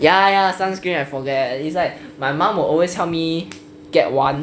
ya ya sunscreen I forget it's like my mum will always help me get [one]